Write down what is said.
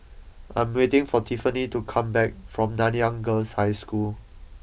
I am waiting for Tiffanie to come back from Nanyang Girls' High School